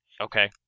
okay